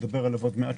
ונדבר עליו עוד מעט,